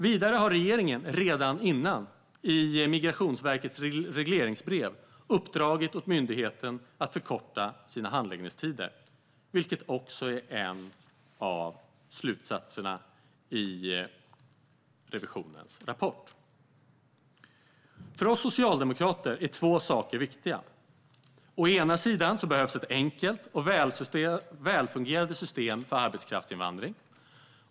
Vidare har regeringen redan i Migrationsverkets regleringsbrev uppdragit åt myndigheten att förkorta sina handläggningstider, vilket också är en av slutsatserna i revisionens rapport. För oss socialdemokrater är två saker viktiga. Å ena sidan behövs ett enkelt och välfungerande system för arbetskraftsinvandring.